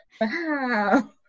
Wow